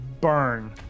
burn